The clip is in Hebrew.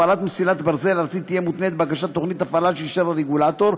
הפעלת מסילת ברזל ארצית תהיה מותנית בהגשת תוכנית הפעלה שאישר הרגולטור,